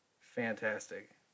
Fantastic